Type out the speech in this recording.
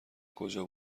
کجا